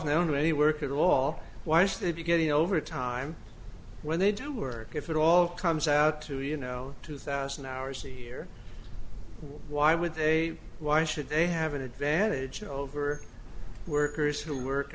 to any work at all why should they be getting over time when they do work if it all comes out to you know two thousand hours here why would they why should they have an advantage over workers who work